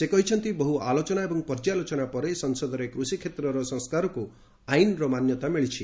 ସେ କହିଛନ୍ତି ବହୁ ଆଲୋଚନା ଏବଂ ପର୍ଯ୍ୟାଲୋଚନା ପରେ ସଂସଦରେ କୃଷି କ୍ଷେତ୍ରର ସଂସ୍କାରକୁ ଆଇନର ମାନ୍ୟତା ମିଳିଛି